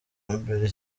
mbere